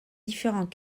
différents